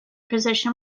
position